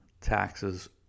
taxes